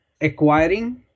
acquiring